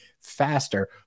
faster